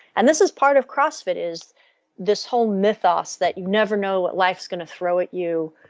and this is part of crossfit is this whole mythos that you never know what life is going to throw at you,